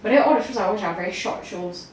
but then all the shows I watch are very short shows